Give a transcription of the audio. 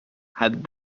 had